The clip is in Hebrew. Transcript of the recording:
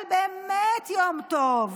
אבל באמת, יום טוב,